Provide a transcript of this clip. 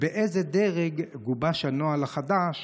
3. באיזה דרג גובש הנוהל החדש?